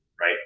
right